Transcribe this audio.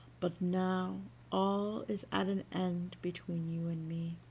but now all is at an end between you and me,